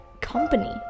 company